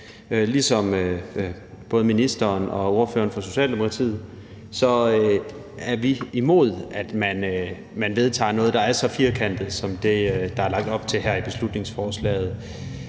Ligesom både ministeren og ordføreren for Socialdemokratiet er vi imod, at man vedtager noget, der er så firkantet som det, der er lagt op til her i beslutningsforslaget.